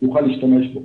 יוכל להשתמש בו.